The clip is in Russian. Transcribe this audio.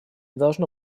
должно